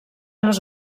les